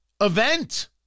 event